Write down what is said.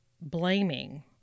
blaming